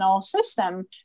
system